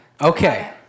okay